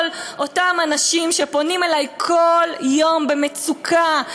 אותם אנשים שפונים אלי כל יום במצוקה,